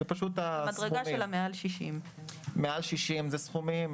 מעל מדרגה של 60% נכות זה סכום מסוים,